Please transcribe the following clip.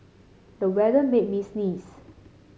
the weather made me sneeze